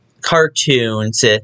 cartoons